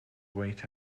wait